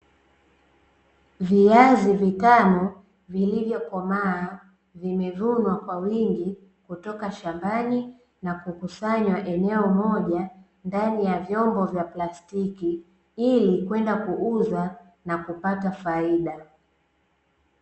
Viazi vitamu vilivyokomaa vimevunwa kwa wingi kutoka shambani na kukusanywa eneo moja, ndani ya vyombo vya plastiki, ili kwenda kuuzwa na kupata faida.